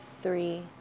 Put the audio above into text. three